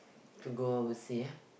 to go oversea ah